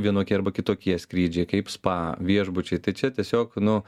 vienokie arba kitokie skrydžiai kaip spa viešbučiai tai čia tiesiog nu